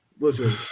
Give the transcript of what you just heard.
Listen